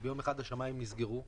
וביום אחד השמיים נסגרו,